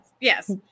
Yes